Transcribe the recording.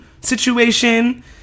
situation